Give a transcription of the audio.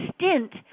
stint